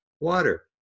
Water